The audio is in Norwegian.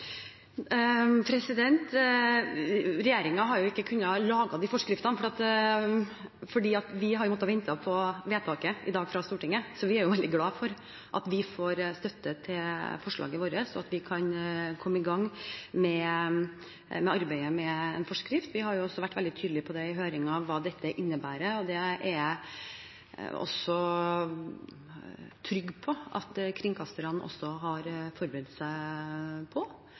i dag, så vi er veldig glade for at vi får støtte til forslaget vårt, og at vi kan komme i gang med arbeidet med en forskrift. Vi har også i høringen vært veldig tydelige på det hva dette innebærer, og det er jeg trygg på at kringkasterne også har forberedt seg på.